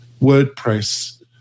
WordPress